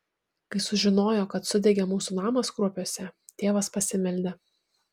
kai sužinojo kad sudegė mūsų namas kruopiuose tėvas pasimeldė